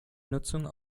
nutzung